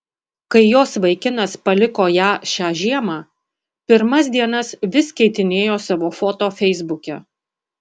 kai jos vaikinas paliko ją šią žiemą pirmas dienas vis keitinėjo savo foto feisbuke